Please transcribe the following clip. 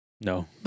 No